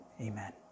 amen